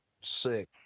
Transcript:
Sick